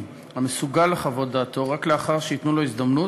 גם אם הוא מסוגל להבין את השינוי